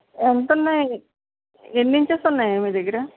ఎంత ఉన్నాయి ఎన్ని ఇంచెస్ ఉన్నాయి మీ దగ్గర